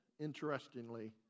Interestingly